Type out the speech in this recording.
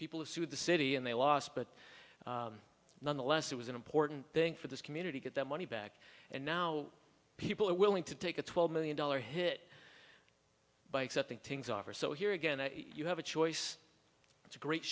people have sued the city and they lost but nonetheless it was an important thing for this community get that money back and now people are willing to take a twelve million dollar hit by accepting things offer so here again you have a choice it's a great